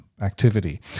activity